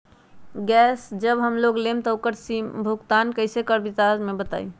Gas जब हम लोग लेम त उकर भुगतान कइसे करम विस्तार मे बताई?